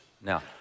Now